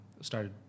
started